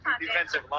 Defensive